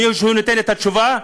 מישהו נותן את התשובה?